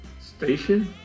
Station